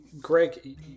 Greg